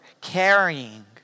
carrying